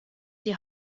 die